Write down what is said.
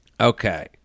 Okay